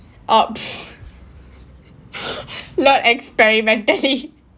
oh not experimentally